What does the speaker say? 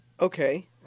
okay